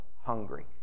hungry